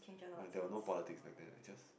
like when there were no politics back then just